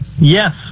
yes